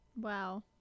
Wow